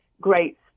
great